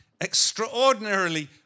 extraordinarily